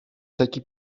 taki